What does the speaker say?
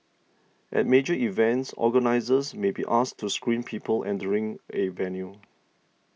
at major events organisers may be asked to screen people entering a venue